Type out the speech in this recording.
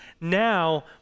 now